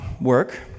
work